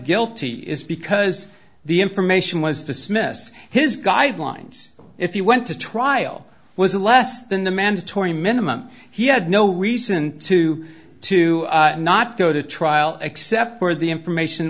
guilty is because the information was dismissed his guidelines if you went to trial was less than the mandatory minimum he had no reason to to not go to trial except for the information